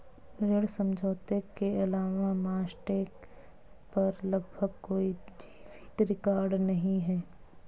ऋण समझौते के अलावा मास्टेन पर लगभग कोई जीवित रिकॉर्ड नहीं है